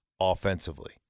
offensively